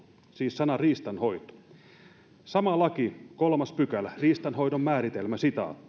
siis sana riistanhoitoon sama laki kolmas pykälä riistanhoidon määritelmä